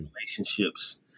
relationships